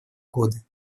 годы